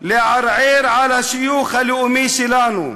לערער על השיוך הלאומי שלנו?